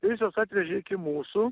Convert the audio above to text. jis juos atvežė iki mūsų